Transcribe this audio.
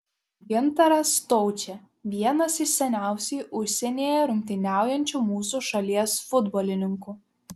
gintaras staučė vienas iš seniausiai užsienyje rungtyniaujančių mūsų šalies futbolininkų